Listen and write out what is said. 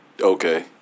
Okay